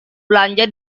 belanja